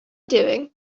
doing